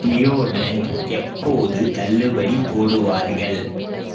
deodorant எப்போது தள்ளுபடி போடுவார்கள்